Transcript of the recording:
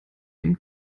dem